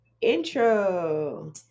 intro